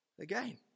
Again